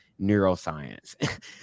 neuroscience